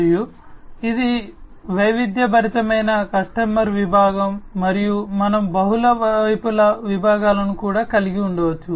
మరియు ఇది వైవిధ్యభరితమైన కస్టమర్ విభాగం మరియు మనము బహుళ వైపుల విభాగాలను కూడా కలిగి ఉండవచ్చు